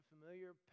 familiar